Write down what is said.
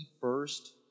first